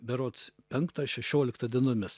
berods penktą šešioliktą dienomis